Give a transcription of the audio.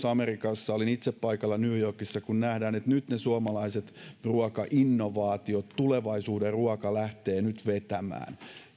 amerikassa olin itse paikalla new yorkissa missä nähdään että nyt ne suomalaiset ruokainnovaatiot tulevaisuuden ruoka lähtevät vetämään